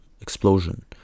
explosion